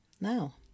Now